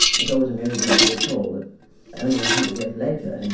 it always amuses me to recall that only a hundred years later, and